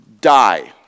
die